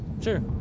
Sure